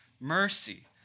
mercy